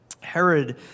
Herod